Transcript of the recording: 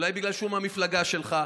אולי בגלל שהוא מהמפלגה שלך,